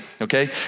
okay